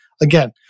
again